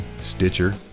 stitcher